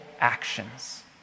actions